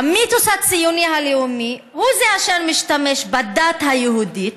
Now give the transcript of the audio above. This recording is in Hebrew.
והמיתוס הציוני הלאומי הוא-הוא אשר משתמש בדת היהודית,